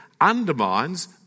undermines